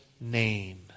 name